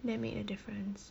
that made a difference